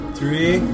three